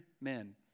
men